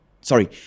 Sorry